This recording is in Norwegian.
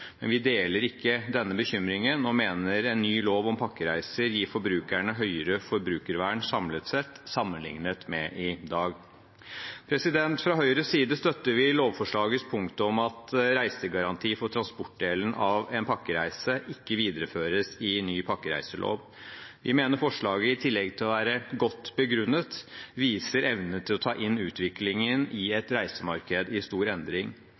Vi deler ikke denne bekymringen og mener en ny lov om pakkereiser gir forbrukerne høyere forbrukervern samlet sett, sammenlignet med i dag. Fra Høyres side støtter vi lovforslagets punkt om at reisegaranti for transportdelen av en pakkereise ikke videreføres i ny pakkereiselov. Vi mener forslaget, i tillegg til å være godt begrunnet, viser evne til å ta inn utviklingen i et reisemarked i stor endring.